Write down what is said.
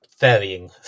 varying